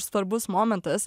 svarbus momentas